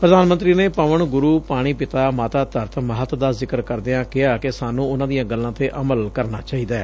ਪ੍ਰਧਾਨ ਮੰਤਰੀ ਨੇ ਪਾਵਣ ਗੁਰੂ ਪਾਣੀ ਪਿਤਾ ਮਾਤਾ ਧਰਤ ਮਹੱਤ ਦਾ ਜ਼ਿਕਰ ਕਰਦਿਆਂ ਕਿਹਾ ਕਿ ਸਾਨੂੰ ਉਨ੍ਹਾਂ ਦੀਆਂ ਗੱਲਾਂ ਤੇ ਅਮਲ ਕਰਨਾ ਚਾਹੀਦੈ